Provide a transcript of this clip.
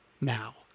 now